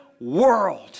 world